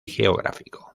geográfico